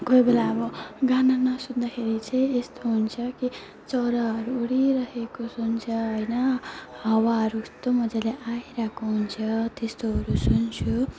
कोही बेला अब गाना नसुन्दाखेरि चाहिँ यस्तो हुन्छ कि चराहरू उडिरहेको सुन्छु होइन हावाहरू कस्तो मजाले आइरहेको हुन्छ त्यस्तोहरू सुन्छु